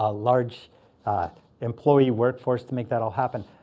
ah large ah employee workforce to make that all happen.